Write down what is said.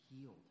healed